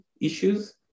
issues